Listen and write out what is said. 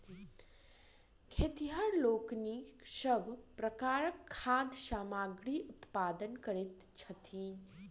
खेतिहर लोकनि सभ प्रकारक खाद्य सामग्रीक उत्पादन करैत छथि